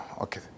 Okay